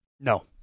No